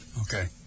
Okay